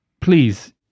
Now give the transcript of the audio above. Please